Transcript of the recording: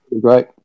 great